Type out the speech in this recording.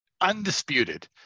undisputed